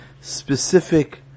specific